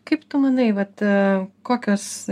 kaip tu manai vat kokios